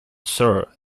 sir